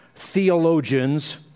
theologians